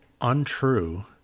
untrue